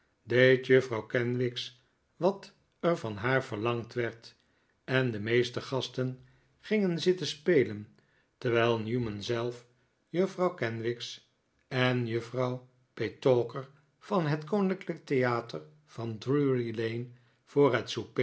deed juffrouw kenwigs wat er van haar verlangd werd en de meeste gasten gingen zitten spelen terwijl newman zelf r juffrouw kenwigs en juffrouw petowker van het koninklijke theater van drury lane voor het